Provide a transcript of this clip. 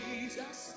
Jesus